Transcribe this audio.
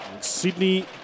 Sydney